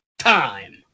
time